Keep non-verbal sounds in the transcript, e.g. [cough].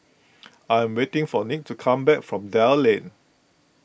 [noise] I am waiting for Nick to come back from Dell Lane